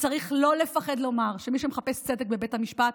וצריך לא לפחד לומר שמי שמחפש צדק בבית המשפט